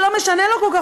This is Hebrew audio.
זה לא משנה לו כל כך,